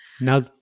Now